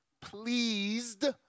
pleased